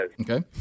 Okay